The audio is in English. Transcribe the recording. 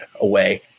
away